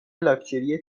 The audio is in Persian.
لاکچری